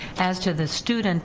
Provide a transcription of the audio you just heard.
as to the student